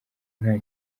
nta